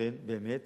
שאכן באמת